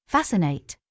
Fascinate